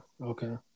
okay